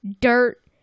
dirt